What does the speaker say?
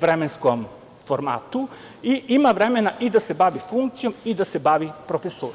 vremenskom formatu i ima vremena i da se bavi funkcijom i da se bavi profesurom.